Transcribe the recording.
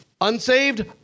Unsaved